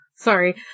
sorry